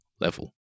level